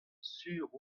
sur